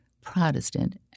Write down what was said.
Protestant